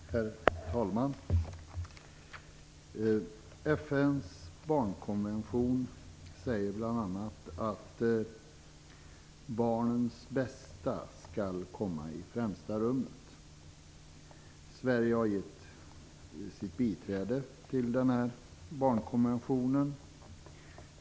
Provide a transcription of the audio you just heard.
Herr talman! I FN:s barnkonvention sägs bl.a. att barnens bästa skall komma i främsta rummet. Sverige har biträtt barnkonventionen.